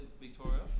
Victoria